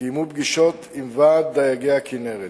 קיימו פגישות רבות עם ועד דייגי הכינרת.